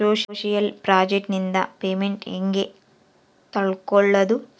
Social project ನಿಂದ payment ಹೆಂಗೆ ತಕ್ಕೊಳ್ಳದು?